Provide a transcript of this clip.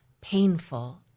painful